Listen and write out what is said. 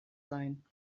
sein